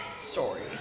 story